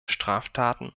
straftaten